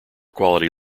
quality